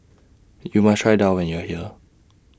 YOU must Try Daal when YOU Are here